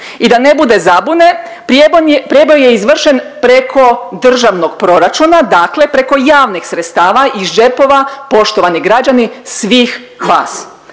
I da ne bude zabune prijeboj je izvršen preko državnog proračuna, dakle preko javnih sredstava iz džepova poštovani građani svih nas.